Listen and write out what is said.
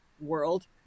world